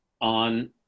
on